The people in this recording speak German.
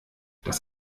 das